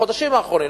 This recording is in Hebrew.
בחודשים האחרונים,